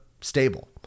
stable